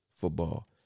football